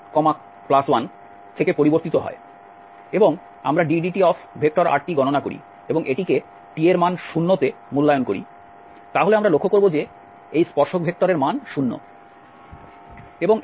এবং আমরা drtdtগণনা করি এবং এটিকে t এর মান 0 তে মূল্যায়ন করি তাহলে আমরা লক্ষ্য করব যে এই স্পর্শক ভেক্টরের মান 0